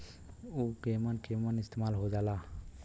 उव केमन केमन इस्तेमाल हो ला?